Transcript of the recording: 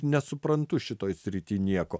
nesuprantu šitoj srity nieko